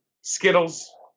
Skittles